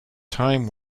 time